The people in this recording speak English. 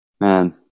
Man